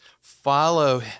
follow